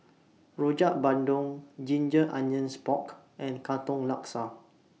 Rojak Bandung Ginger Onions Pork and Katong Laksa